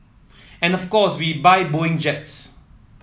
and of course we buy Boeing jets